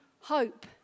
Hope